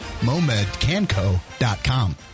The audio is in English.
MoMedCanCo.com